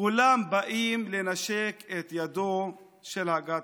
כולם באים לנשק את ידו של ה-godfather,